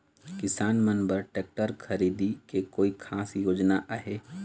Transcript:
किसान मन बर ट्रैक्टर खरीदे के कोई खास योजना आहे?